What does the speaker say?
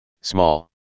Small